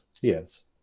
Yes